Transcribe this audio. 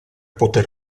poter